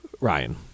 Ryan